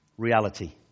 reality